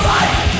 Fight